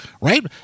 right